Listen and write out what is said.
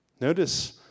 Notice